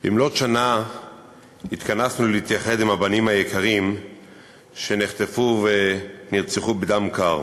במלאות שנה התכנסנו להתייחד עם זכר הבנים היקרים שנחטפו ונרצחו בדם קר,